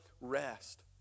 rest